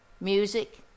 music